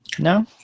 No